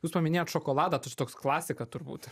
jūs paminėjot šokoladą tas toks klasika turbūt